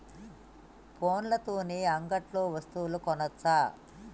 ఫోన్ల తోని అంగట్లో వస్తువులు కొనచ్చా?